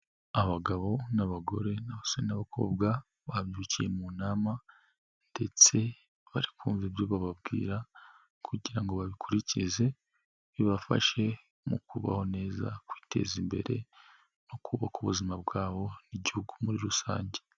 Abagabo n'abagore n'abasore n'abakobwa, babyukiye mu nama, ndetse bari kumva ibyo bababwira, kugira ngo babikurikize, bibafashe mu kubaho neza kwiteza imbere no kubaka ubuzima bwabo n'igihugu muri rusange.